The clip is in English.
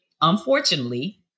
unfortunately